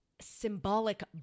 symbolic